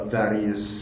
various